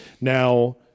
Now